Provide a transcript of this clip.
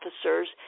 officers